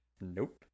Nope